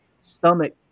stomach